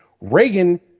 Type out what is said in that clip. Reagan